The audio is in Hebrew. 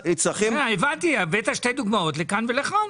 הבנתי, הבאת שתי דוגמאות, לכאן ולכאן.